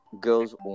girls